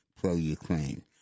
pro-Ukraine